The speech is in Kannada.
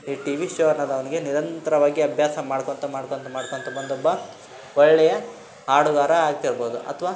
ಈ ಟಿವಿ ಶೋ ಅನ್ನೋದವ್ನಿಗೆ ನಿರಂತರವಾಗಿ ಅಭ್ಯಾಸ ಮಾಡ್ಕೊತ ಮಾಡ್ಕೊತ ಮಾಡ್ಕೊತ ಬಂದೊಬ್ಬ ಒಳ್ಳೆಯ ಹಾಡುಗಾರ ಆಗ್ತಿರ್ಬೋದು ಅಥ್ವಾ